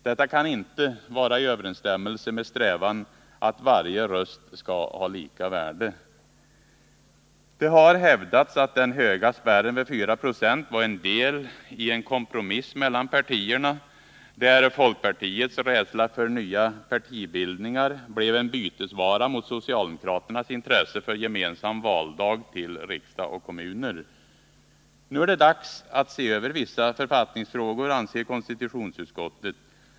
Detta kan inte vara i överensstämmelse med strävan att varje röst skall ha lika värde. Det har hävdats att den höga spärren vid 4 96 var en del i en kompromiss mellan partierna, där folkpartiets rädsla för nya partibildningar blev en bytesvara mot socialdemokraternas intresse för gemensam valdag till riksdag och kommuner. Nu är det dags att se över vissa författningsfrågor, anser konstitutionsutskottet.